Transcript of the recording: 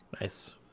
Nice